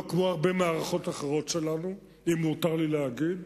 לא כמו הרבה מערכות אחרות שלנו, אם מותר לי להגיד,